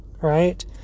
right